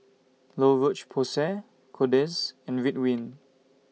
La Roche Porsay Kordel's and Ridwind